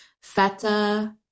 feta